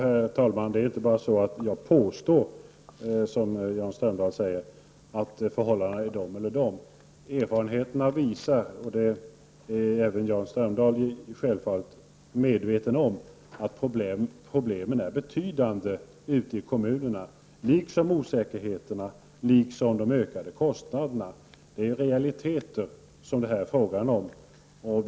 Herr talman! Det är inte bara så att jag påstår att vissa förhållanden råder, som Jan Strömdanhl säger. Erfarenheterna visar att problemen är betydande ute i kommunerna, liksom osäkerheten och de ökade kostnaderna. Det är självfallet även Jan Strömdahl medveten om. Det är fråga om realiteter.